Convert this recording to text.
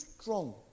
strong